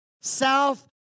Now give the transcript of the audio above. south